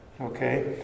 Okay